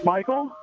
Michael